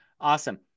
Awesome